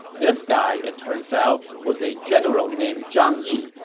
this guy, it turns out, was a general named zhang yi,